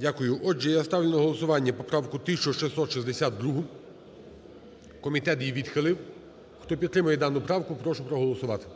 Дякую. Отже, я ставлю на голосування поправку 1662. Комітет її відхилив. Хто підтримає дану правку, прошу проголосувати.